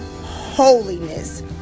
holiness